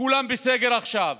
כולם בסגר עכשיו,